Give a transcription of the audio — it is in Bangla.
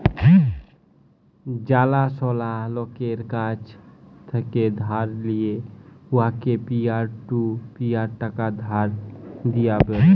জালাশলা লকের কাছ থ্যাকে ধার লিঁয়ে উয়াকে পিয়ার টু পিয়ার টাকা ধার দিয়া ব্যলে